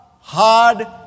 hard